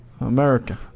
America